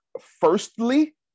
firstly